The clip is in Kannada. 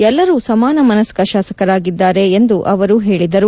ಎಲ್ಲರೂ ಸಮಾನ ಮನಸ್ಕ ಶಾಸಕರಿದ್ದಾರೆ ಎಂದು ಅವರು ಹೇಳಿದರು